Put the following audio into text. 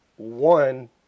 one